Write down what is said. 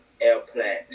airplane